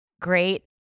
great